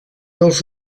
dels